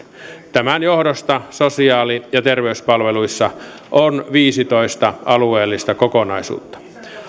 tämän johdosta sosiaali ja terveyspalveluissa on viisitoista alueellista kokonaisuutta